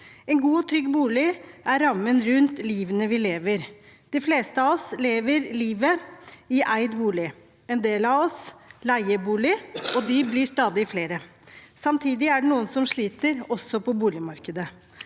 En god og trygg bolig er rammen rundt livet vi lever. De fleste av oss lever livet i eid bolig. En del leier bolig, og de blir stadig flere. Samtidig er det noen som sliter også på boligmarkedet.